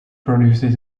produces